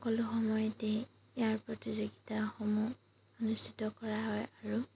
সকলো সময়তে ইয়াৰ প্ৰতিযোগিতাসমূহ অনুষ্ঠিত কৰা হয় আৰু